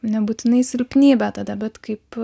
nebūtinai silpnybę tada bet kaip